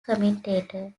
commentator